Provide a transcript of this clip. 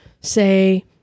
say